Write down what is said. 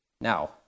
Now